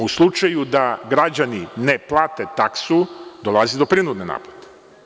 U slučaju da građani ne plate taksu dolazi do prinudne naplate.